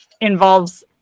involves